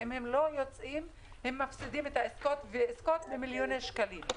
אם הם לא יצאו הם יפסידו עסקאות במיליוני שקלים.